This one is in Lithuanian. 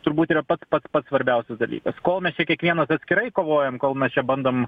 turbūt yra pats pats pats svarbiausias dalykas kol mes čia kiekvienas atskirai kovojam kol mes čia bandom